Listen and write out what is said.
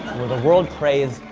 where the world prays,